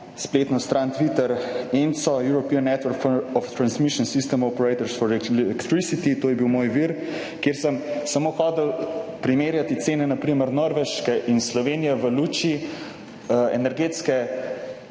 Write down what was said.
spletno stran Twitter ENTSO-E, European Network of Transmission System Operators for Electricity, to je bil moj vir, kjer sem samo hotel primerjati cene na primer Norveške in Slovenije v luči energetske